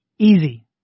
Easy